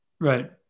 Right